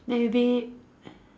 maybe